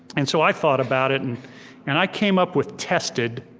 and so i thought about it and and i came up with tested.